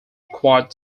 quad